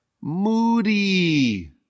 moody